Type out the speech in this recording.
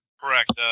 Correct